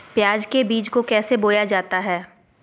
प्याज के बीज को कैसे बोया जाता है?